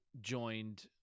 joined